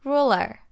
Ruler